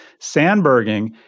Sandberging